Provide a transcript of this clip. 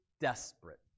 desperate